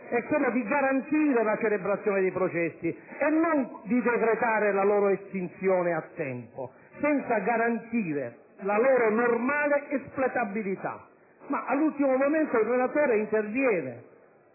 è quello di garantire la celebrazione dei processi, e non di decretare la loro estinzione a tempo, senza garantire la loro normale espletabilità! Invece, all'ultimo momento il relatore interviene